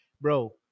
bro